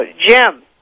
Jim